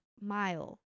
mile